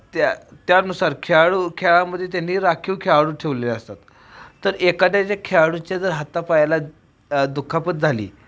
त्या त्यानुसार खेळाडू खेळामध्ये त्यांनी राखीव खेळाडू ठेवले असतात तर एखाद्या ज्या खेळाडूच्या जर हातापायाला दुखापत झाली